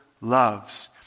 loves